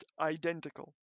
identical